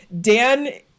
dan